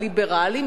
הליברלי,